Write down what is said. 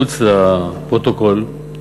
מחוץ לפרוטוקול,